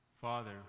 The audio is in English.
Father